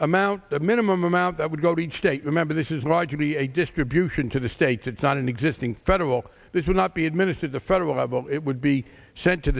amount a minimum amount that would go to each state remember this is largely a distribution to the states it's not an existing federal this would not be administered the federal level it would be sent to